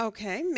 Okay